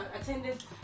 attendance